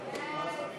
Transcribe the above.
(תיקון מס'